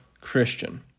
Christian